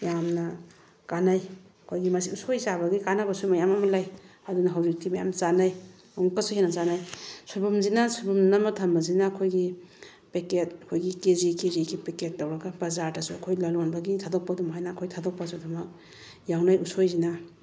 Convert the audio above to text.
ꯌꯥꯝꯅ ꯀꯥꯟꯅꯩ ꯑꯩꯈꯣꯏꯒꯤ ꯃꯁꯤ ꯎꯁꯣꯏ ꯆꯥꯕꯒꯤ ꯀꯥꯟꯅꯕꯁꯨ ꯃꯌꯥꯝ ꯑꯃ ꯂꯩ ꯑꯗꯨꯅ ꯍꯧꯖꯤꯛꯇꯤ ꯃꯌꯥꯝ ꯆꯥꯟꯅꯩ ꯑꯃꯨꯛꯀꯁꯨ ꯍꯦꯟꯅ ꯆꯥꯟꯅꯩ ꯁꯣꯏꯕꯨꯝꯁꯤꯅ ꯁꯣꯏꯕꯨꯝ ꯅꯝꯃ ꯊꯝꯕꯁꯤꯅ ꯑꯩꯈꯣꯏꯒꯤ ꯄꯦꯀꯦꯠ ꯑꯩꯈꯣꯏꯒꯤ ꯀꯦ ꯖꯤ ꯀꯦ ꯖꯤꯒꯤ ꯄꯦꯀꯦꯠ ꯇꯧꯔꯒ ꯕꯖꯥꯔꯗꯁꯨ ꯑꯩꯈꯣꯏ ꯂꯂꯣꯟꯕꯒꯤ ꯊꯥꯗꯣꯛꯄ ꯑꯗꯨꯃꯥꯏꯅ ꯑꯩꯈꯣꯏ ꯊꯥꯗꯣꯛꯄꯁꯨ ꯑꯗꯨꯃꯛ ꯌꯥꯎꯅꯩ ꯎꯁꯣꯏꯁꯤꯅ